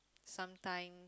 sometime